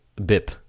bip